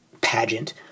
pageant